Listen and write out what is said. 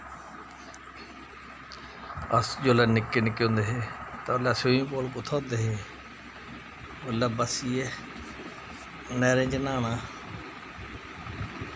अस जिसलै निक्के निक्के होंदे हे तां उसलै स्विमिंग पूल कु'त्थें होंदे हे उसलै बस इ'यै नैहरें च न्हाना